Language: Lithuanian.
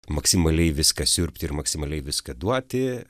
maksimaliai viską siurbt ir maksimaliai viską duoti